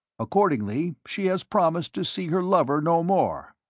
accordingly, she has promised to see her lover no more.